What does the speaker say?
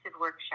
workshop